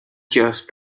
just